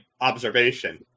observation